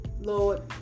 Lord